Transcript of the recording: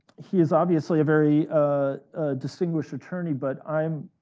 he is obviously a very distinguished attorney, but i am